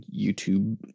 YouTube